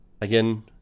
again